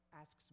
asks